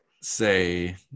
say